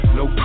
no